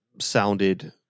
sounded